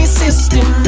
system